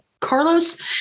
Carlos